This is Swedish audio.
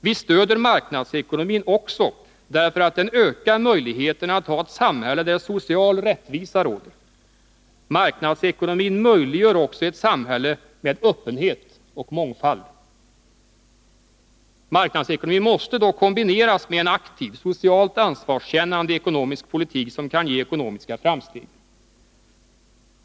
Vi stöder marknadsekonomin också därför att den ökar möjligheterna att ha ett samhälle där social rättvisa råder. Marknadsekonomin möjliggör också ett samhälle med öppenhet och mångfald. Marknadsekonomin måste dock kombineras med en aktiv, socialt ansvarskännande ekonomisk politik, som kan ge ekonomiska framsteg.